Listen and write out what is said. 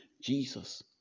Jesus